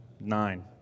Nine